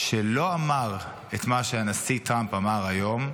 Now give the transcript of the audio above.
שלא אמר את מה שהנשיא טראמפ אמר היום,